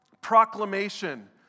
proclamation